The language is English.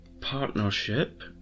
partnership